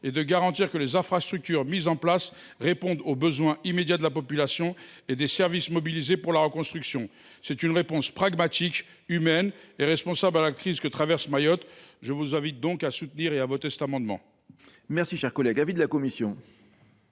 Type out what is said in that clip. et de garantir que les infrastructures mises en place répondent aux besoins immédiats de la population et des services mobilisés pour la reconstruction. C’est une réponse pragmatique, humaine et responsable à la crise que traverse Mayotte. Je vous invite donc, mes chers collègues, à voter cet amendement.